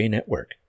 Network